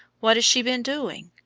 what has she been doing?